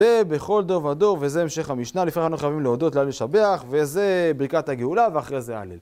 זה בכל דור ודור, וזה המשך המשנה, "לפיכך אנו חייבים להודות, להלל ולשבח", וזה ברכת הגאולה, ואחרי זה ההלל.